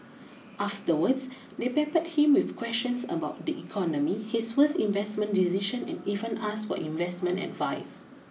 afterwards they peppered him with questions about the economy his worst investment decision and even asked for investment advice